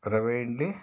ರವೆ ಇಡ್ಲಿ